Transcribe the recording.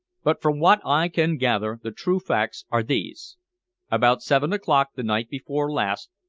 but from what i can gather the true facts are these about seven o'clock the night before last,